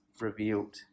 revealed